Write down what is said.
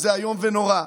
זה איום ונורא,